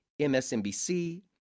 MSNBC